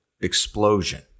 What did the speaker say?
explosion